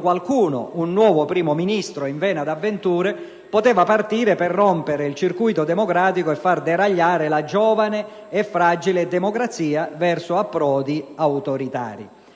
qualcuno (un nuovo Primo ministro in vena d'avventure) poteva partire per rompere il circuito democratico e far deragliare la giovane e fragile democrazia verso approdi autoritari.